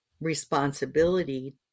responsibility